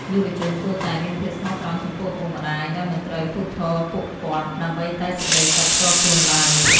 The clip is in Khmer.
យុវជនគួរតែ "មានភាពស្មោះត្រង់ចំពោះឪពុកម្ដាយ" ដោយមិនត្រូវភូតភរពួកគាត់ដើម្បីតែសេចក្ដីសុខផ្ទាល់ខ្លួនឡើយ។